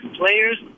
players